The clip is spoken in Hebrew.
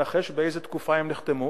תנחש באיזו תקופה הן נחתמו?